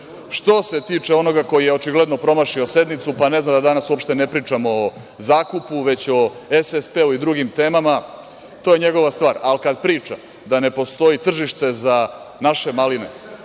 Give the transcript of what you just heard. se tiče onoga koji je očigledno promašio sednicu pa ne zna da danas uopšte ne pričamo o zakupu, već o SSP-u i drugim temama, to je njegova stvar. Ali, kada priča da ne postoji tržište za naše maline,